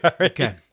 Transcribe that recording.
okay